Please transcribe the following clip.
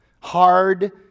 hard